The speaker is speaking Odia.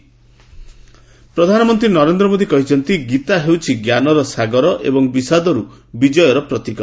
ପିଏମ୍ ଭଗବତ ଗୀତା ପ୍ରଧାନମନ୍ତ୍ରୀ ନରେନ୍ଦ୍ର ମୋଦୀ କହିଛନ୍ତି ଗୀତା ହେଉଛି ଜ୍ଞାନର ସାଗର ଏବଂ ବିଷାଦରୁ ବିଜୟର ପ୍ରତୀକ